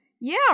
Yeah